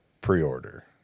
pre-order